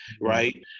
right